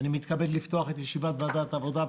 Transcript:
ואני מתכבד לפתוח את ישיבת ועדת העבודה,